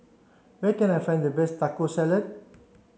where can I find the best Taco Salad